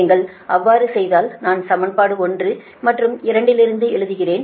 நீங்கள் அவ்வாறு செய்தால் நான் சமன்பாடு 1 மற்றும் 2 லிருந்து எழுதுகிறேன்